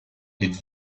les